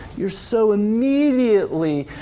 you're so immediately